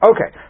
Okay